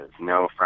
no